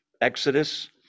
Exodus